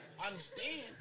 understand